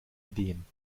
ideen